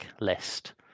list